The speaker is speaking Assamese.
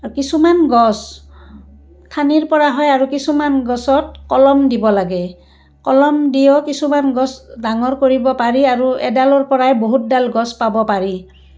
কিছুমান গছ ঠানিৰ পৰা হয় আৰু কিছুমান গছত কলম দিব লাগে কলম দিও কিছুমান গছ ডাঙৰ কৰিব পাৰি আৰু এডালৰ পৰাই বহুতডাল গছ পাব পাৰি